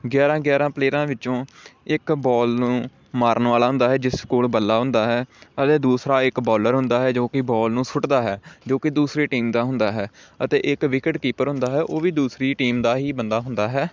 ਗਿਆਰ੍ਹਾਂ ਗਿਆਰ੍ਹਾਂ ਪਲੇਅਰਾਂ ਵਿੱਚੋਂ ਇੱਕ ਬੋਲ ਨੂੰ ਮਾਰਨ ਵਾਲਾ ਹੁੰਦਾ ਹੈ ਜਿਸ ਕੋਲ ਬੱਲਾ ਹੁੰਦਾ ਹੈ ਅਤੇ ਦੂਸਰਾ ਇੱਕ ਬੋਲਰ ਹੁੰਦਾ ਹੈ ਜੋ ਕਿ ਬੋਲ ਨੂੰ ਸੁੱਟਦਾ ਹੈ ਜੋ ਕਿ ਦੂਸਰੀ ਟੀਮ ਦਾ ਹੁੰਦਾ ਹੈ ਅਤੇ ਇੱਕ ਵਿਕਟ ਕੀਪਰ ਹੁੰਦਾ ਹੈ ਓਹ ਵੀ ਦੂਸਰੀ ਟੀਮ ਦਾ ਹੀ ਬੰਦਾ ਹੁੰਦਾ ਹੈ